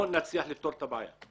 לא נצליח לפתור את הבעיה.